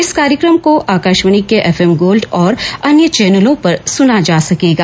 इस कार्यक्रम को आकाशवार्णी के एफ एम गोल्ड और अन्य चैनलों पर सुना जा सकेगा